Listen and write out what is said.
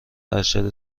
ارشد